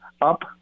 up